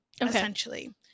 essentially